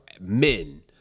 men